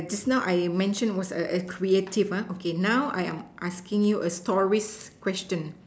just now I mention was a a creative ah okay now I am asking you a stories question